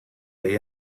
day